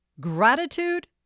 Gratitude